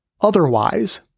otherwise